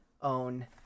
own